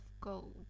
gold